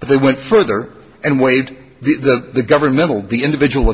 but they went further and waived the governmental the individual